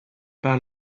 par